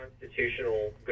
constitutional